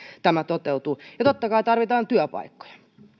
tämä toteutuu ja totta kai tarvitaan työpaikkoja